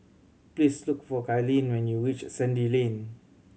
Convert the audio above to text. please look for Kylene when you reach Sandy Lane